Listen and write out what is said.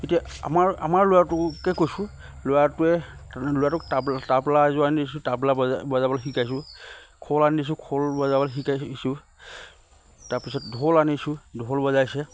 এতিয়া আমাৰ আমাৰ ল'ৰাটোকে কৈছোঁ ল'ৰাটোৱে ল'ৰাটোক তাবলা তাবলা এযোৰ আনি দিছোঁ তাবলা বজাই বজাবলে শিকাইছোঁ খোল আনি দিছোঁ খোল বজাবলে শিকাইছোঁ তাৰপিছত ঢোল আনিছোঁ ঢোল বজাইছে